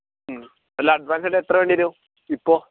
അല്ല അഡ്വാൻസ് ആയിട്ട് എത്ര വേണ്ടിവരും ഇപ്പോൾ